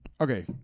okay